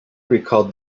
recalled